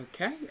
Okay